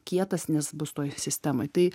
kietas nes bus toj sistemoj tai